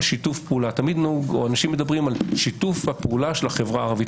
תמיד אנשים מדברים על שיתוף הפעולה של החברה הערבית.